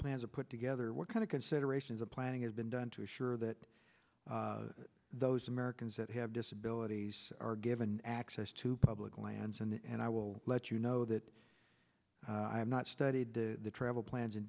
plans are put together what kind of considerations of planning has been done to assure that those americans that have disabilities are given access to public lands and i will let you know that i have not studied the travel plans in